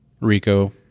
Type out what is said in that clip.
Rico